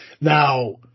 Now